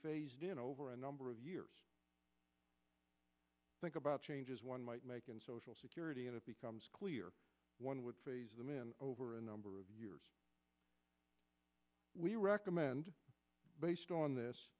phased in over a number of years think about changes one might make in social security and it becomes clear one with them in over a number of years we recommend based on this